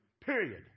Period